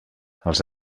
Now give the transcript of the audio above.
els